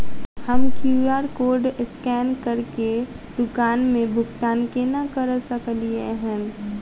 हम QR code scan करके दुकान मे भुगतान केना करऽ सकलिये एहन?